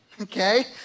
okay